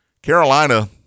Carolina